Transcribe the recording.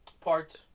Parts